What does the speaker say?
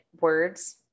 words